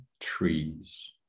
trees